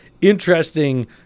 interesting